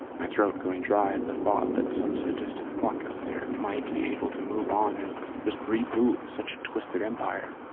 my throat going dry at the thought that some sadistic fuck out there might be able to move on and reboot such a twisted empire.